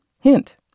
Hint